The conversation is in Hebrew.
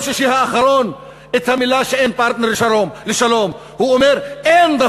שישי האחרון את המילים "אין פרטנר לשלום".